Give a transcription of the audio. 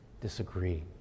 disagree